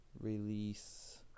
release